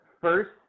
first